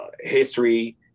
history